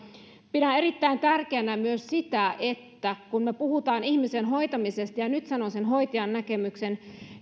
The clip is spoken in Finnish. pidän erittäin tärkeänä myös sitä että kun me puhumme ihmisen hoitamisesta ja ja nyt sanon hoitajan näkemyksen